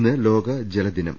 ഇന്ന് ലോക ജലദിനം